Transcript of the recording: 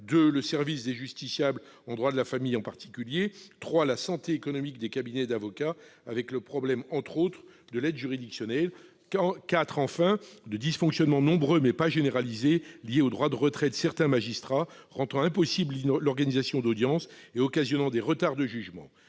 le service des justiciables en droit de la famille ; la santé économique des cabinets d'avocats, du fait du problème posé entre autres par l'aide juridictionnelle. Ils ont relevé que des dysfonctionnements nombreux, mais pas généralisés, liés au droit de retrait de certains magistrats, ont rendu impossible l'organisation d'audiences et occasionné des retards de jugement.